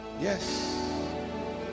Yes